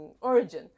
origin